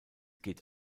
geht